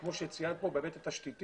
כמו שצוין כאן, בהיבט התשתיתי,